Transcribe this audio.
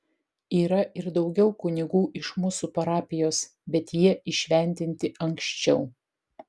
yra ir daugiau kunigų iš mūsų parapijos bet jie įšventinti anksčiau